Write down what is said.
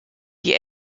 die